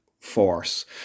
force